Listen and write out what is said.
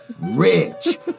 Rich